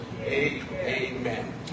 Amen